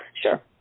Sure